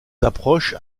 approches